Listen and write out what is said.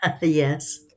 yes